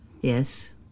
Yes